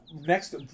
Next